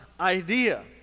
idea